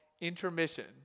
intermission